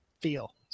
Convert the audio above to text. feel